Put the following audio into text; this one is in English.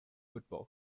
football